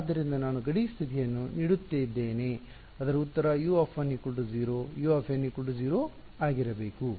ಆದ್ದರಿಂದ ನಾನು ಗಡಿ ಸ್ಥಿತಿಯನ್ನು ನೀಡುತ್ತಿದ್ದೇನೆ ಅದರ ಉತ್ತರ U 0 U 0 ಆಗಿರಬೇಕು